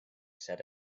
said